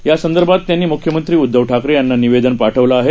यासंदर्भातत्यांनीमुख्यमंत्रीउदधवठाकरेयांनानिवेदनपाठवलंआहे